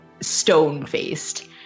stone-faced